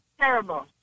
terrible